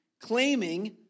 claiming